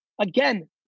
again